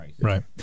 Right